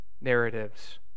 narratives